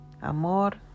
amor